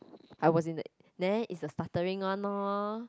I was in the [neh] is the stuttering one lor